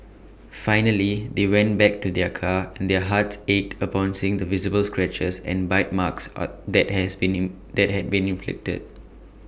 finally they went back to their car and their hearts ached upon seeing the visible scratches and bite marks are that has been that had been inflicted